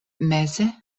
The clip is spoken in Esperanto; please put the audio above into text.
meze